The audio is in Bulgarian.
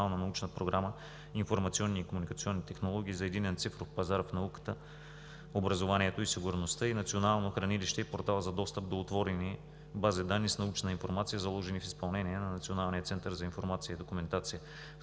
научна програма „Информационни и комуникационни технологии за единен цифров пазар в науката, образованието и сигурността“ и Национално хранилище и портал за достъп до отворени база данни с научна информация, заложени в изпълнение на Националния център за информация и документация.